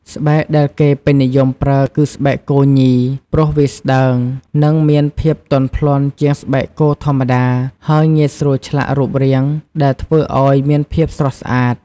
ស្បែកដែលគេពេញនិយមប្រើគឺស្បែកគោញី ព្រោះវាស្តើង និងមានភាពទន់ភ្លន់ជាងស្បែកគោធម្មតា ហើយងាយស្រួលឆ្លាក់រូបរាង ដែលធ្វើឲ្យមានភាពស្រស់ស្អាត។